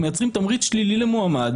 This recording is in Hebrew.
אנחנו מייצרים תמריץ שלילי למועמד